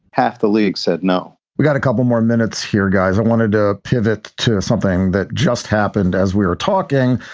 half the league said no we've got a couple more minutes here, guys. i wanted to pivot to something that just happened as we were talking.